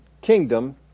kingdom